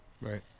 Right